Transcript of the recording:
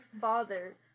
father